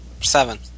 Seven